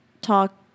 talk